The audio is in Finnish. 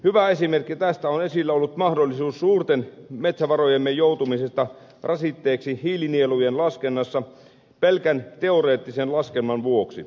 hyvä esimerkki tästä on esillä ollut suurten metsävarojemme mahdollisuus joutua rasitteeksi hiilinielujen laskennassa pelkän teoreettisen laskelman vuoksi